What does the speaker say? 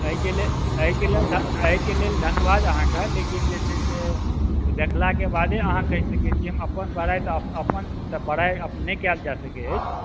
एहिके लेल एहिके लेल धन एहिके लेल धन्यवाद अहाँके लेकिन जे छै से ओ देखलाके बादे अहाँ कहि सकैत छी हम अपन बड़ाइ तऽ अपन तऽ बड़ाइ तऽ अपने नहि कएल जाइ सकैत अछि